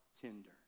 tender